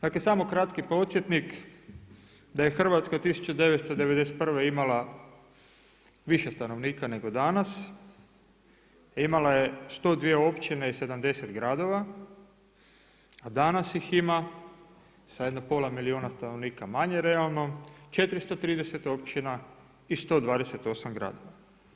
Dakle, samo kratki podsjetnik, da je Hrvatska 1991. imala više stanovnika nego danas imala je 102 općine i 70 gradova, a danas ih ima za jedno pola milijuna stanovnika manje realno, 430 općina i 128 gradova.